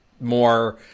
more